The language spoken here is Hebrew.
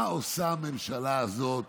מה עושה הממשלה הזאת